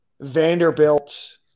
Vanderbilt